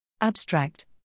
Abstract